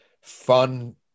fun